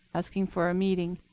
asking for a meeting.